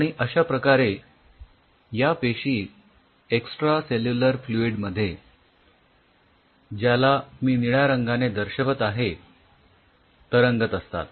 आणि अश्याप्रकारे या पेशी एक्सट्रासेल्युलर फ्लुइड मध्ये ज्याला मी निळ्या रंगाने दर्शवत आहे तरंगत असतात